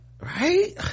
right